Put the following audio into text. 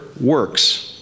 works